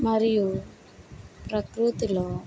మరియు ప్రకృతిలో